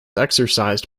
exercised